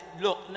look